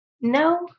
no